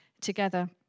together